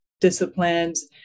disciplines